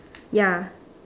ya